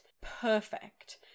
perfect